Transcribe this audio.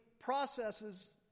processes